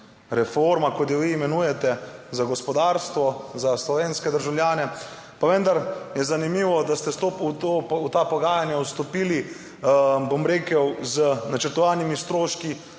reforma, kot jo vi imenujete za gospodarstvo, za slovenske državljane. Pa vendar je zanimivo, da ste v ta pogajanja vstopili, bom rekel, z načrtovanimi stroški